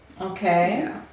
okay